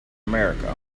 america